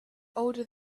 older